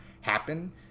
happen